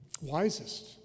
Wisest